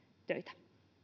töitä